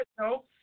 No